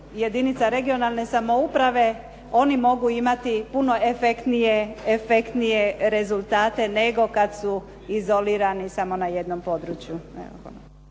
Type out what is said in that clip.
jedinica regionalne samouprave oni mogu imati puno efektnije rezultate nego kad su izolirani samo na jednom području.